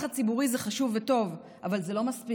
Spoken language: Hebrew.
לחץ ציבורי זה חשוב וטוב, אבל זה לא מספיק.